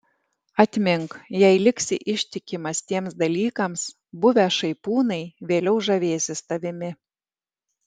atmink jei liksi ištikimas tiems dalykams buvę šaipūnai vėliau žavėsis tavimi